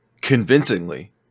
convincingly